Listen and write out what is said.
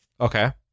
Okay